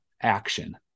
action